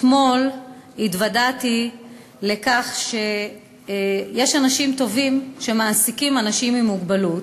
אתמול התוודעתי לכך שיש אנשים טובים שמעסיקים אנשים עם מוגבלות.